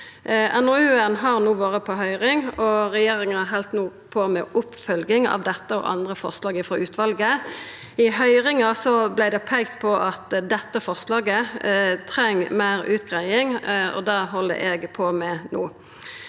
NOU-en har vore på høyring, og regjeringa held no på med oppfølging av dette og andre forslag frå utvalet. I høyringa vart det peikt på at dette forslaget treng meir utgreiing, og det held eg på med no.